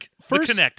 first